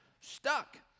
stuck